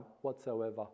whatsoever